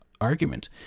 argument